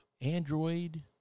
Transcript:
Android